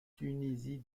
tunisie